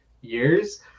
years